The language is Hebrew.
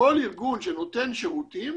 כל ארגון שנותן שירותים